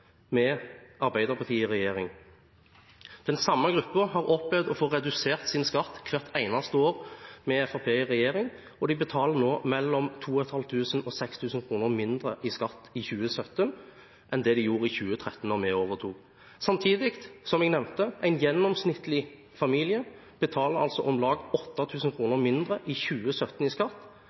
med Arbeiderpartiet i regjering. Den samme gruppen har opplevd å få redusert sin skatt hvert eneste år med Fremskrittspartiet i regjering, og de vil nå betale mellom 2 500 og 6 000 kr mindre i skatt i 2017 enn de gjorde i 2013 da vi overtok. Samtidig, som jeg nevnte, vil en gjennomsnittlig familie betale om lag 8 000 kr mindre i skatt i 2017 enn de gjorde i